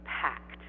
packed